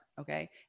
Okay